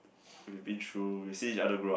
we've been through we've seen each other grow up